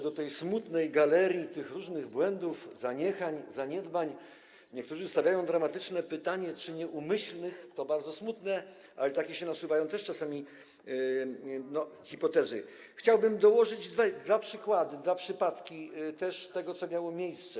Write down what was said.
Do tej smutnej galerii tych różnych błędów, zaniechań, zaniedbań - niektórzy stawiają dramatyczne pytanie, czy nieumyślnych, to bardzo smutne, ale takie hipotezy też czasami się nasuwają - chciałbym dołożyć dwa przykłady, dwa przypadki tego, co miało miejsce.